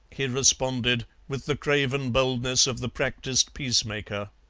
he responded, with the craven boldness of the practised peacemaker.